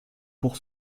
pour